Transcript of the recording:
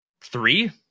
Three